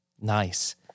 Nice